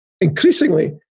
increasingly